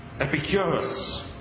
Epicurus